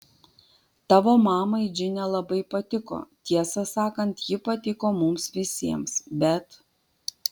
tavo mamai džine labai patiko tiesą sakant ji patiko mums visiems bet